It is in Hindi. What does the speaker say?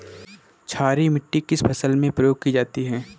क्षारीय मिट्टी किस फसल में प्रयोग की जाती है?